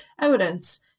evidence